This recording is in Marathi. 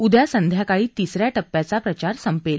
उद्या संध्याकाळी तिसर्याल टप्प्याचा प्रचार संपेल